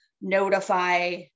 notify